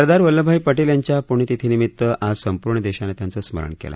सरदार वल्लभभाई पटेल यांच्या पूण्यतिथी निमित्त आज संपूर्ण देशानं त्यांचं स्मरण केलं